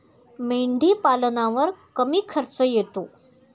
मेंढीपालनावर कमी खर्च येतो